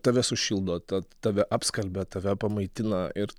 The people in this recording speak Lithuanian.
tave sušildo ta tave apskalbia tave pamaitina ir